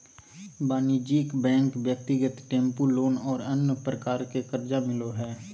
वाणिज्यिक बैंक ब्यक्तिगत tempo loan और अन्य प्रकार के कर्जा मिलो हइ